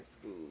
school